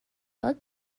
bug